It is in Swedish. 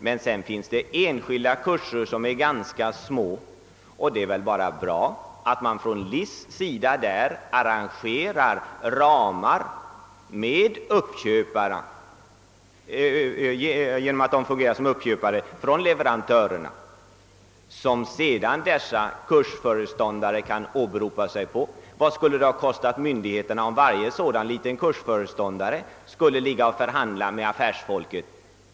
Men det finns enskilda kurser som är ganska små. Det är bra att LIC tillhandahåller ramar för dessa genom att fungera som uppköpare från leverantörerna. Kursföreståndarna kan sedan åberopa dessa ramar. Vad skulle det inte ha kostat myndigheterna om varje sådan kursföreståndare hade måst förhandla med affärsfolket!